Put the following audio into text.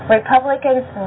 Republicans